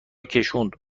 کشوند